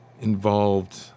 involved